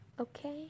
okay